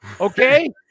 okay